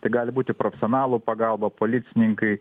tai gali būti profesionalų pagalba policininkai